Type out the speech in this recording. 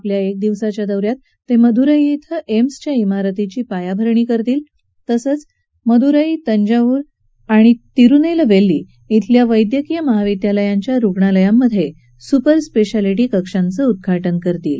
आपल्या एक दिवसाच्या दौ यात ते मदुरई क्वे एम्सच्या ीरतीची पायाभरणी करतील तसंच मदुरई तंजावूर आणि तिरुनेलवेली ीिल्या वैद्यकीय महाविद्यालयांच्या रुग्णालयांमधे सुपरस्पेशालिटी कक्षांचं उद्घाटन करतील